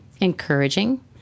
encouraging